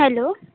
hello